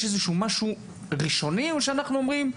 יש איזשהו משהו ראשוני או שאנחנו אומרים,